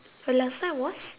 uh last time was